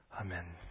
Amen